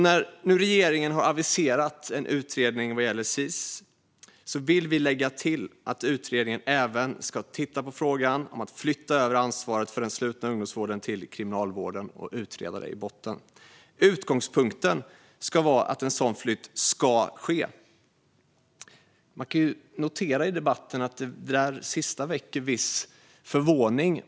När nu regeringen har aviserat en utredning vad gäller Sis vill vi lägga till att utredningen även ska titta på frågan om att flytta över ansvaret för den slutna ungdomsvården till Kriminalvården och utreda detta i botten. Utgångspunkten ska vara att en sådan flytt ska ske. Man kan notera i debatten att det där sista väcker viss förvåning.